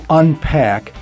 unpack